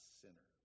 sinner